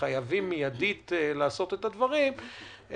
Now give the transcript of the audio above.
וחייבים מיידית לעשות את הדברים,